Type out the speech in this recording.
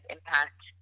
Impact